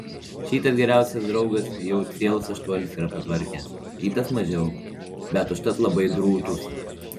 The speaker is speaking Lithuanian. šitas geriausias draugas jau cielus aštuonis yra patvarkęs kitas mažiau bet užtat labai drūtus